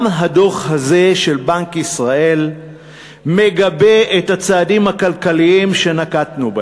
גם הדוח הזה של בנק ישראל מגבה את הצעדים הכלכליים שנקטנו.